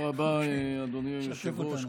תודה רבה, אדוני היושב-ראש.